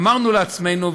אמרנו לעצמנו,